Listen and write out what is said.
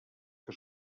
que